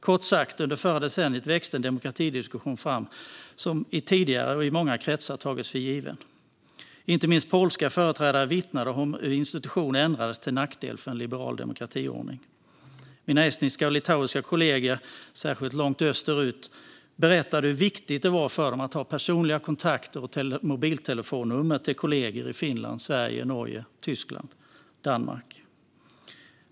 Kort sagt växte under förra decenniet en demokratidiskussion fram som tidigare och i många kretsar hade tagits för given. Inte minst polska företrädare vittnade om hur institutioner ändrades till nackdel för en liberal demokratiordning. Mina estniska och litauiska kollegor, särskilt långt österut, berättade hur viktigt det var för dem att ha personliga kontakter och mobilnummer till kollegor i Finland, Sverige, Norge, Tyskland och Danmark.